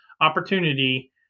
opportunity